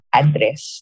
address